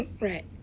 Right